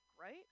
right